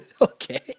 Okay